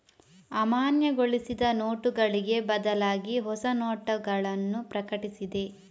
ಅಮಾನ್ಯಗೊಳಿಸಿದ ನೋಟುಗಳಿಗೆ ಬದಲಾಗಿಹೊಸ ನೋಟಗಳನ್ನು ಪ್ರಕಟಿಸಿದೆ